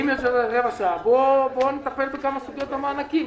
אם יש עוד רבע שעה בוא נטפל בכמה סוגיות על מענקים.